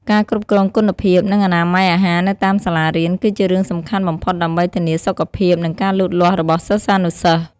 ការគ្រប់គ្រងគុណភាព និងអនាម័យអាហារនៅតាមសាលារៀន គឺជារឿងសំខាន់បំផុតដើម្បីធានាសុខភាព និងការលូតលាស់របស់សិស្សានុសិស្ស។